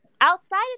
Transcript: outside